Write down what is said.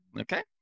Okay